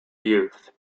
youth